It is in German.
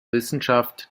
wissenschaft